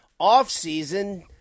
offseason